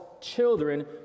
children